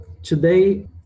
Today